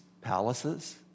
palaces